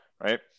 right